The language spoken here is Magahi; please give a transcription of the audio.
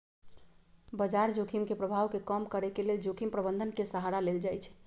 बजार जोखिम के प्रभाव के कम करेके लेल जोखिम प्रबंधन के सहारा लेल जाइ छइ